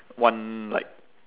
one like